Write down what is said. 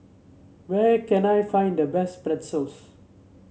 where can I find the best Pretzels